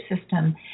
system